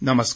नमस्कार